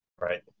Right